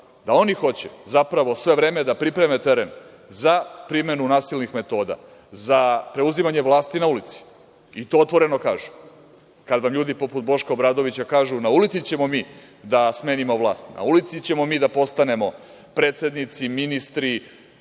da oni hoće zapravo sve vreme da pripreme teren za primenu nasilnih metoda, za preuzimanje vlasti na ulici, i to otvoreno kažu. Kad vam ljudi poput Boška Obradovića kažu – na ulici ćemo mi da smenimo vlast, na ulici ćemo mi da postanemo predsednici, ministri,